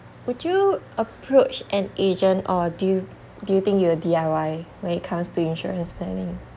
would you approach an agent or do you do you think you would D_I_Y when it comes to insurance planning